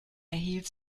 erhielt